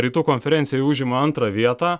rytų konferencijoj užima antrą vietą